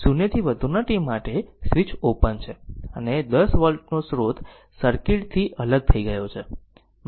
0 થી વધુના t માટે સ્વીચ ઓપન છે અને 10 વોલ્ટ નો સ્રોત સર્કિટ થી અલગ થઈ ગયો છે